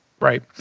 Right